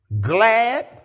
glad